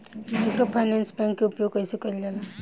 Microfinance bank के उपयोग कइसे कइल जाला?